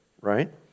right